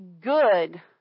good